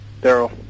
Daryl